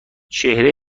چهره